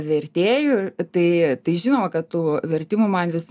vertėjų tai tai žinoma kad tų vertimų man vis